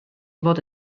fod